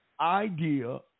idea